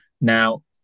Now